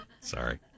Sorry